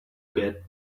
get